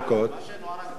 מה שנוער הגבעות עושה,